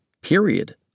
period